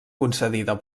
concedida